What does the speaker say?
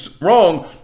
wrong